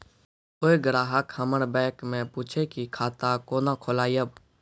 कोय ग्राहक हमर बैक मैं पुछे की खाता कोना खोलायब?